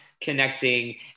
connecting